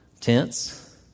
tense